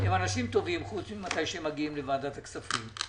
שהם אנשים טובים חוץ מאשר הם מגיעים לוועדת הכספים.